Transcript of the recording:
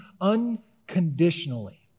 unconditionally